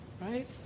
Right